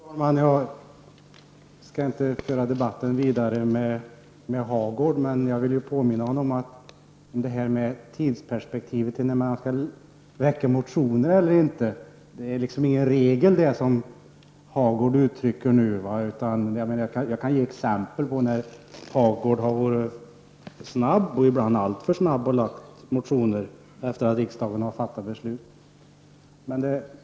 Fru talman! Jag skall inte föra debatten vidare med Birger Hagård. Men jag vill påminna honom om tidsperspektivet när det gäller om man skall väcka motioner eller inte. Hagård uttryckte nu inte någon regel. Jag kan ge exempel på när Hagård har varit snabb, ibland alltför snabb, att väcka motioner efter det att riksdagen har fattat ett beslut.